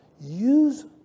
use